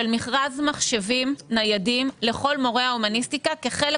של מכרז מחשבים ניידים לכל מורי ההומניסטיקה כחלק